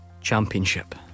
Championship